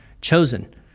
chosen